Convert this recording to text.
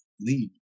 lead